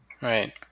Right